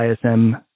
ISM